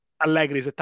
Allegri